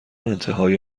انتهای